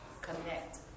Connect